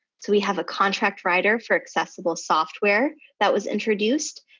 so we have a contract rider for accessible software that was introduced.